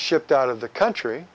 shipped out of the country